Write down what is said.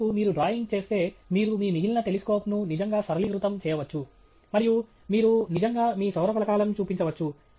మరోవైపు మీరు డ్రాయింగ్ చేస్తే మీరు మీ మిగిలిన టెలిస్కోప్ను నిజంగా సరళీకృతం చేయవచ్చు మరియు మీరు నిజంగా మీ సౌర ఫలకాలను చూపించవచ్చు